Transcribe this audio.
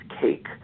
cake